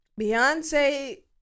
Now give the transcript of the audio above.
Beyonce